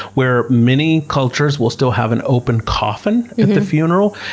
where many cultures will still have an open coffin at the funeral,